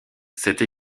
cette